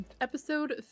episode